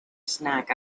snack